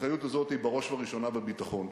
האחריות הזאת היא בראש ובראשונה בביטחון.